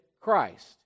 Christ